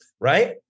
Right